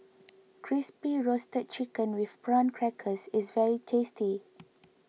Crispy Roasted Chicken with Prawn Crackers is very tasty